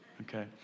okay